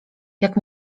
jak